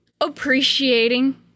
appreciating